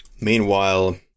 Meanwhile